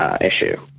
issue